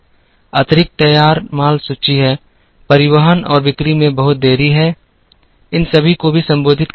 अतिरिक्त तैयार माल सूची है परिवहन और बिक्री में बहुत देरी है इन सभी को भी संबोधित करना होगा